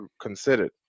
considered